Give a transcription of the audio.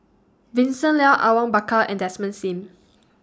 Vincent Leow Awang Bakar and Desmond SIM